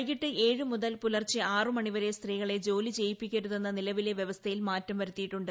വൈകിട്ട് ഏഴ് മുതൽ തുടർച്ചെ ആറ് മണിവരെ സ്ത്രീകള്ള ജോലി ചെയ്യിപ്പിക്കരുതെന്ന നിലവിലെ വ്യവസ്ഥയിൽ മാറ്റം പ്രുത്തിയിട്ടുണ്ട്